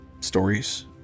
stories